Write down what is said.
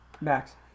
Max